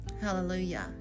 Hallelujah